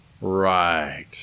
Right